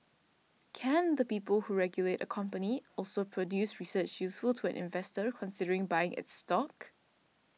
Can the people who regulate a company also produce research useful to an investor considering buying its stock